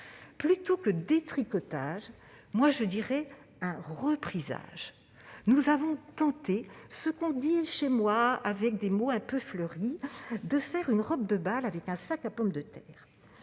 Plutôt qu'un « détricotage », je parlerais d'un reprisage. Nous avons tenté, comme on le dit chez moi avec des mots un peu fleuris, de faire une robe de bal avec un sac à pommes de terre.